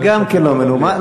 גם כן לא מנומס.